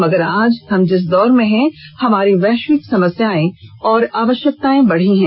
मगर आज हम जिस दौर में हैं हमारी वैश्विक समस्याएं और आवश्यकताएं बढ़ी हैं